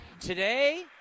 Today